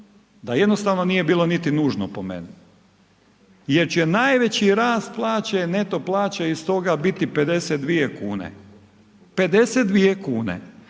da jednostavno nije bilo niti nužno po meni jer će najveći rast plaće, neto plaće iz toga biti 52 kune. 52 kune.